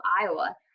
iowa